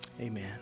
Amen